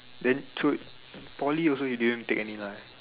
then through Poly you also you didn't take any lah